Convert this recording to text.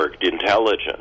intelligence